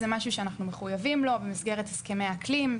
זה משהו שאנחנו מחויבים לו במסגרת הסכמי האקלים.